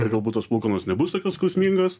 ir galbūt tos palūkanos nebus tokios skausmingos